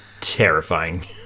terrifying